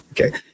Okay